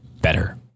better